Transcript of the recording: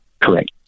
Correct